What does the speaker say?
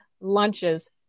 lunches